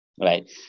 right